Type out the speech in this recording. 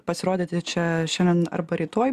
pasirodyti čia šiandien arba rytoj